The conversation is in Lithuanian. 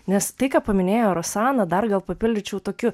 nes tai ką paminėjo rosana dar gal papildyčiau tokiu